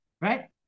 right